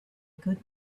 good